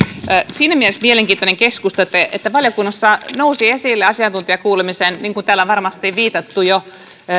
siinä mielessä mielenkiintoinen keskustelu että valiokunnassa nousi esille asiantuntijakuulemisessa niin kuin täällä varmasti on viitattu jo